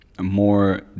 more